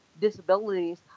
disabilities